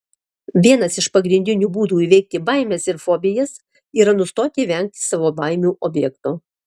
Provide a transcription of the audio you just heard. vienas iš pagrindinių būdų įveikti baimes ir fobijas yra nustoti vengti savo baimių objekto